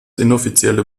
inoffizielle